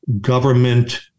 government